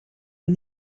een